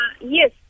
yes